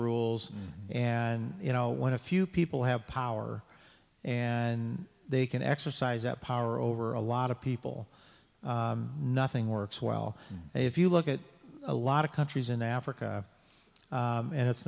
rules and you know when a few people have power and they can exercise that power over a lot of people nothing works well if you look at a lot of countries in africa and it's